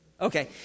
Okay